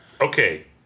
okay